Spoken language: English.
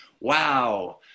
wow